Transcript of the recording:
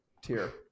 tier